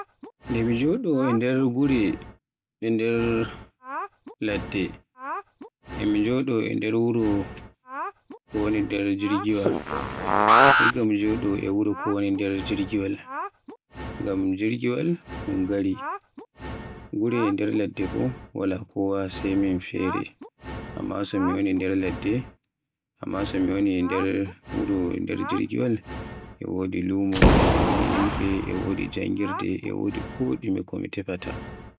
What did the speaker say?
Nde mi joɗo e nder gure e nde ladde e mi joɗo e nder gure ko woni nder jirgiwaal, igga mi joɗo e wuro ngon woni nder jirgiwaal. Ngam jirgiwaal un gari, gure e nder ladde bo wala kowa sai min fere. Amma so mi woni nder ladde.. Amma so mi woni nder wuri nder jirgiwaal e wodi lumo, e wodi janngirde, e wodi ko ɗume ko mi tefaata.